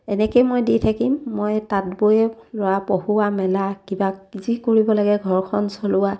এনেকেই মই দি থাকিম মই তাঁত বৈয়ে ল'ৰা পঢ়োৱা মেলা কিবা যি কৰিব লাগে ঘৰখন চলোৱা